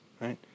right